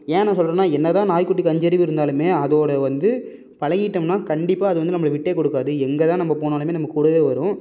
ஏன் நான் சொல்கிறேன்னா என்னதான் நாய் குட்டிக்கு அஞ்சு அறிவு இருந்தாலும் அதோடு வந்து பழகிட்டம்னா கண்டிப்பாக அது வந்து நம்பளை விட்டே கொடுக்காது எங்கேதான் நம்ப போனாலும் நம் கூடவே வரும்